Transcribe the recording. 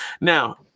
Now